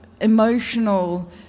emotional